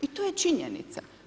I to je činjenica.